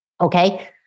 Okay